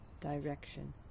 Direction